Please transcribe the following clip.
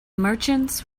merchants